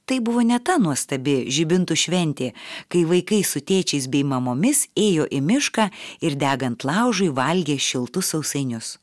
tai buvo ne ta nuostabi žibintų šventė kai vaikai su tėčiais bei mamomis ėjo į mišką ir degant laužui valgė šiltus sausainius